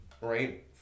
Right